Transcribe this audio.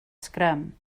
sgrym